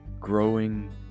growing